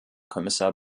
kommissar